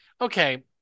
okay